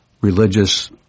religious